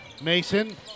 Mason